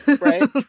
right